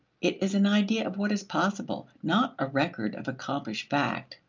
it is an idea of what is possible, not a record of accomplished fact.